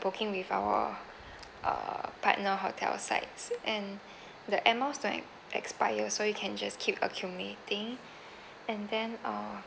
booking with our uh partner hotel sites and the airmiles don't expire so you can just keep accumulating and then uh